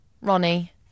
Ronnie